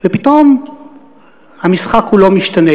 ופתאום המשחק לא משתנה.